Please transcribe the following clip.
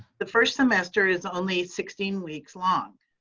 the first semester is only sixteen weeks long,